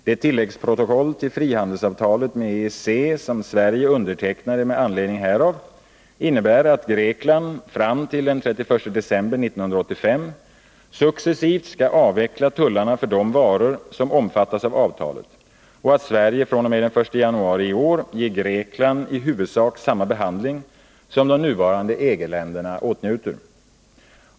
Det tilläggsprotokoll till frihandelsavtalet med EEC som Sverige undertecknade med anledning härav innebär att Grekland fram till den 31 december 1985 successivt skall avveckla tullarna för de varor som omfattas av avtalet och att Sverige fr.o.m. den 1 januari i år ger Grekland i huvudsak samma behandling som de nuvarande EG-länderna åtnjuter.